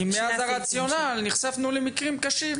כי נחשפנו למקרים קשים.